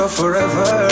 forever